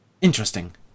Interesting